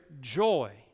joy